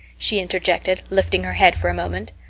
she interjected, lifting her head for a moment.